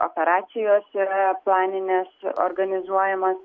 operacijos yra planinės organizuojamos